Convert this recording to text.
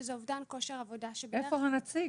שזה אובדן כושר עבודה --- איפה הנציג